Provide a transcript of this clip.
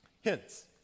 Hints